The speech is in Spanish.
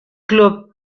club